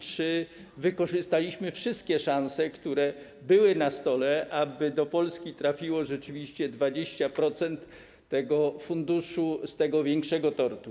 Czy wykorzystaliśmy wszystkie szanse, które były na stole, aby do Polski trafiło rzeczywiście 20% funduszu z tego większego tortu?